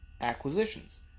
acquisitions